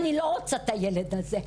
אני לא רוצה את הילד הזה.